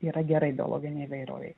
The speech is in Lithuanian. yra gerai biologinei įvairovei